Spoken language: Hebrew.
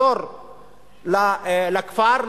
לחזור לכפר,